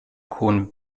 cohn